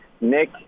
Nick